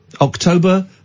October